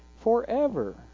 forever